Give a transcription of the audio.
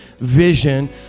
vision